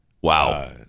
Wow